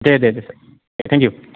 दे दे दे sir thank you